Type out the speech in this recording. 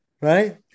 Right